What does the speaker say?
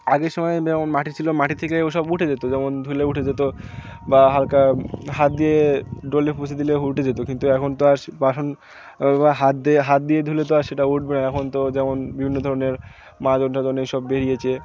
আগের সময় যেমন মাটি ছিল মাটি থেকে ও সব উঠে যেত যেমন ধুলে উঠে যেত বা হালকা হাত দিয়ে ডলে পুছে দিলে উঠে যেত কিন্তু এখন তো আর বাসন ওই ভাবে হাত দিয়ে হাত দিয়ে ধুলে তো আর সেটা উঠবে না এখন তো যেমন বিভিন্ন ধরনের মাজন টাজন এই সব বেরিয়েছে